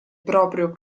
proprio